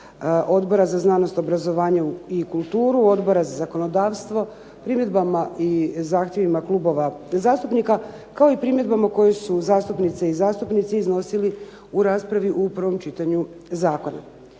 Odbora za znanost, obrazovanje i kulturu, Odbora za zakonodavstvo primjedbama i zahtjevima klubova zastupnika kao i primjedbama koje su zastupnice i zastupnici iznosili u raspravi u prvom čitanju Zakona.